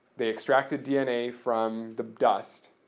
they extracted dna from the dust,